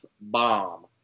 bomb